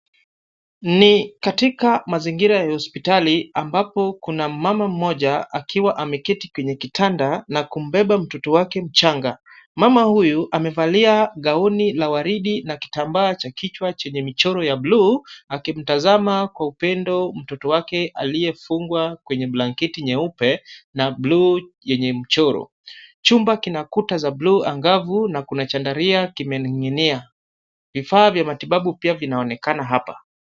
Ni katika mazingira ya hospitali ambapo kuna mama mmoja akiwa ameketi kwenye kitanda na kumbeba mtoto wake mchanga. Mama huyu amevalia gauni la waridi na kitambaa cha kichwa chenye michoro ya bluu akimtazama kwa upendo mtoto wake aliyefungwa kwenye blanketi nyeupe na bluu yenye mchoro. Chumba kina kuta za bluu angavu na kuna chandaria kimening'inia. Vifaa vya matibau pia vinaonekana hapa.